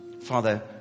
Father